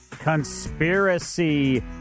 Conspiracy